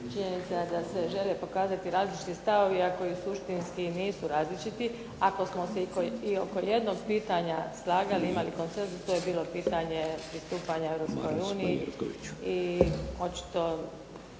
je da se žele pokazati različiti stavovi, a koji suštinski nisu različiti, ako smo se i oko jednog pitanja slagali, imali konsenzus to je bilo pitanje pristupanja